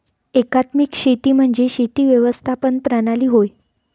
एकात्मिक शेती म्हणजे शेती व्यवस्थापन प्रणाली होय